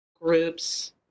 groups